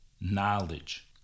knowledge